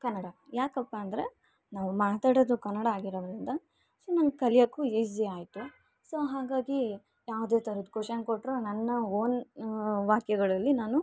ಕನ್ನಡ ಯಾಕಪ್ಪಾ ಅಂದರೆ ನಾವು ಮಾತಾಡೋದು ಕನ್ನಡ ಆಗಿರೊದರಿಂದ ಸೊ ನಂಗೆ ಕಲಿಯೋಕ್ಕು ಈಝಿ ಆಯಿತು ಸೊ ಹಾಗಾಗಿ ಯಾವುದೇ ಥರದ್ ಕೊಷನ್ ಕೊಟ್ಟರು ನನ್ನ ಓನ್ ವಾಕ್ಯಗಳಲ್ಲಿ ನಾನು